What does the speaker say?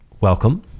welcome